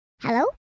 Hello